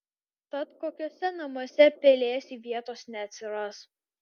tad kokiuose namuose pelėsiui vietos neatsiras